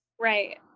Right